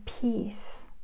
peace